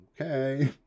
Okay